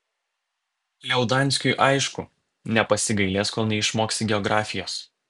liaudanskiui aišku nepasigailės kol neišmoksi geografijos